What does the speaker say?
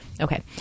Okay